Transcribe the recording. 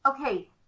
Okay